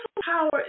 power